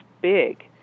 big